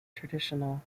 traditional